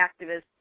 activists